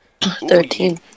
Thirteen